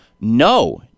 no